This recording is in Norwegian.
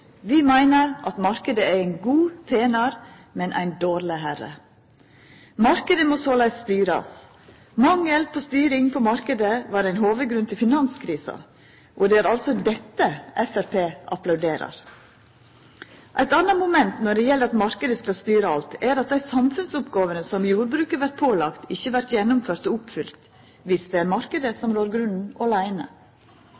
Vi meiner at marknaden er ein god tenar, men ein dårlig herre. Marknaden må såleis styrast. Mangel på styring av marknaden var ein hovudgrunn til finanskrisa, og det er altså dette Framstegspartiet applauderer. Eit anna moment med at marknaden skal styra alt, er at dei samfunnsoppgåvene som jordbruket vert pålagde, ikkje vert gjennomførde og